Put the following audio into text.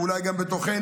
ואולי גם בתוכנו,